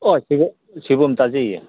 ꯑꯣꯏ ꯁꯣꯏꯕꯨꯝ ꯇꯥꯖꯩꯌꯦ